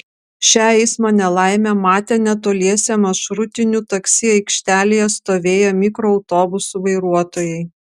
šią eismo nelaimę matė netoliese maršrutinių taksi aikštelėje stovėję mikroautobusų vairuotojai